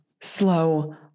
slow